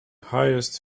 highest